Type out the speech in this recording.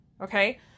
okay